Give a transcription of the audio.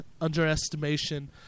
underestimation